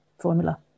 formula